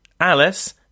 Alice